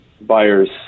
buyer's